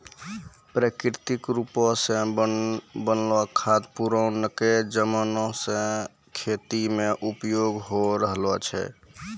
प्राकृतिक रुपो से बनलो खाद पुरानाके जमाना से खेती मे उपयोग होय रहलो छै